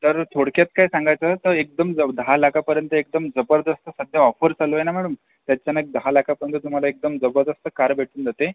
तर थोडक्यात काय सांगायचं तर एकदम दहा लाखापर्यंत एकदम जबरदस्त सध्या ऑफर चालू आहे ना मॅडम त्याच्यात एक दहा लाखापर्यंत तुम्हाला एकदम जबरदस्त कार भेटून जाते